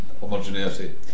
homogeneity